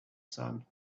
sun